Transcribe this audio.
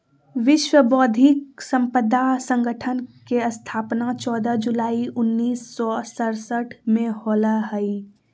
विश्व बौद्धिक संपदा संगठन के स्थापना चौदह जुलाई उननिस सो सरसठ में होलय हइ